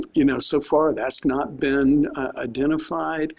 you know, so far that's not been identified?